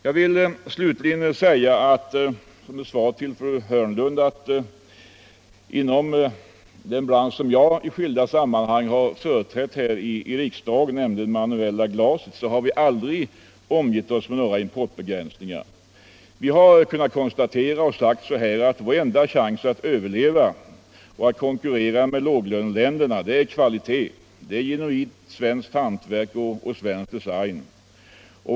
Jag vill slutligen säga som svar till fru Hörnlund att vi inom den bransch som jag i skilda sammanhang företrätt här i riksdagen, nämligen den manuella glasindustrin, aldrig har omgivit oss med några importbegränsningar. Vi har sagt oss att vår enda chans att överleva är att konkurrera med låglöneländerna i kvalitet, dvs. genuint svenskt hantverk och svensk design.